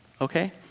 okay